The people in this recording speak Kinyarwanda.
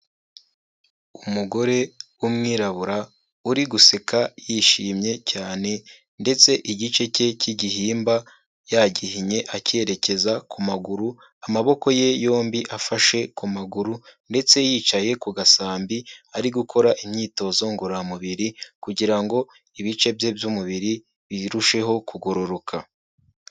Umugore w'umwirabura uri guseka yishimye cyane ndetse igice cye k'igihimba yagihinnye acyerekeza ku maguru, amaboko ye yombi afashe ku maguru ndetse yicaye ku gasambi, ari gukora imyitozo ngororamubiri kugira ngo ibice bye by'umubiri birusheho kugororoka.